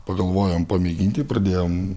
pagalvojom pamėginti pradėjom